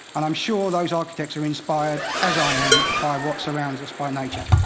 and i'm sure those architects are inspired, as i am, by what surrounds us, by nature.